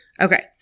Okay